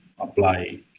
apply